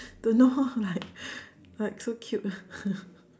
don't know like like so cute